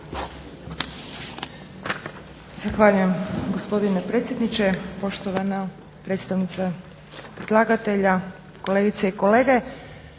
Zahvaljujem gospodine predsjedniče, poštovana predstavnica predlagatelja, kolegice i kolege.